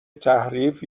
تحریف